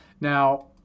Now